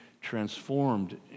transformed